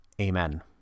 Amen